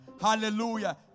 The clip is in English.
Hallelujah